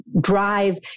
drive